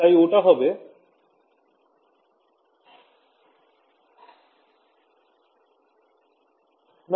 তাই ওটা হবে না